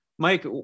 Mike